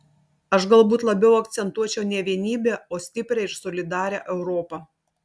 aš galbūt labiau akcentuočiau ne vienybę o stiprią ir solidarią europą